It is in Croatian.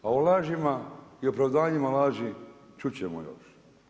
A o lažima i opravdanjima laži čut ćemo još.